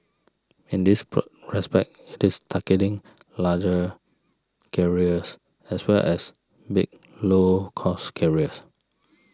in this pro respect it is targeting larger carriers as well as big low cost carriers